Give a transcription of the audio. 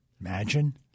Imagine